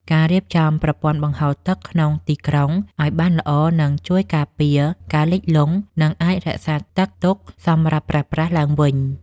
ការរៀបចំប្រព័ន្ធបង្ហូរទឹកក្នុងទីក្រុងឱ្យបានល្អនឹងជួយការពារការលិចលង់ និងអាចរក្សាទឹកទុកសម្រាប់ប្រើប្រាស់ឡើងវិញ។